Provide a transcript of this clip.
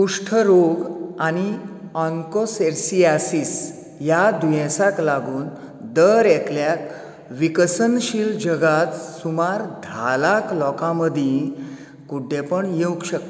कुश्ठरोग आनी ऑन्कोसेर्सियासीस ह्या दुयेंसाक लागून दर एकल्याक विकसनशील जगांत सुमार धा लाख लोकां मदीं कुड्डेंपण येवंक शकता